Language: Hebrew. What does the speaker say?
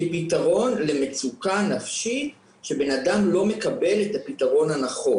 כפתרון למצוקה נפשית שבנאדם לא מקבל את הפתרון הנכון.